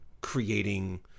creating